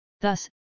Thus